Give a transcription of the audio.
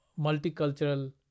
multicultural